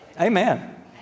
Amen